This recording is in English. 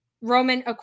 Roman